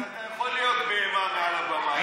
אז אתה יכול להיות בהמה מעל הבמה.